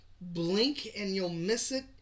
blink-and-you'll-miss-it